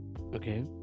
Okay